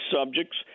subjects